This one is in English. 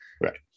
right